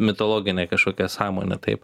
mitologinę kažkokią sąmonę taip